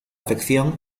afección